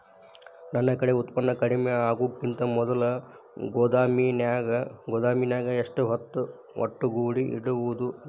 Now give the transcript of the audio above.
ನನ್ ಕಡೆ ಉತ್ಪನ್ನ ಕಡಿಮಿ ಆಗುಕಿಂತ ಮೊದಲ ಗೋದಾಮಿನ್ಯಾಗ ಎಷ್ಟ ಹೊತ್ತ ಒಟ್ಟುಗೂಡಿ ಇಡ್ಬೋದು?